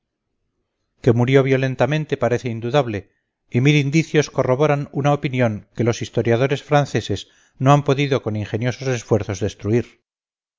que murió violentamente parece indudable y mil indicios corroboran una opinión que los historiadores franceses no han podido con ingeniosos esfuerzos destruir